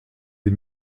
des